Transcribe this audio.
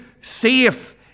safe